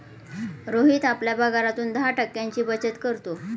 रोहित आपल्या पगारातून दहा टक्क्यांची बचत करतो